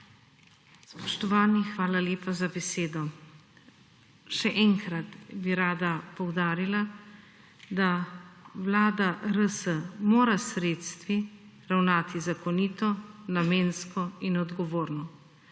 Spoštovani, hvala lepa za besedo. Še enkrat bi rada poudarila, da vlada RS mora s sredstvi ravnati zakonito, namensko **89.